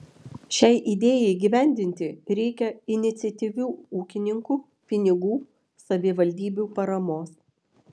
šiai idėjai įgyvendinti reikia iniciatyvių ūkininkų pinigų savivaldybių paramos